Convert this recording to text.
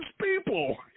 people